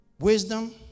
Wisdom